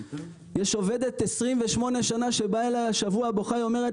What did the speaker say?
יש עובדת 28 שנים שבאה אליי השבוע בוכה ואומרת